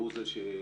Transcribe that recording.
שהוא זה שהתקבל,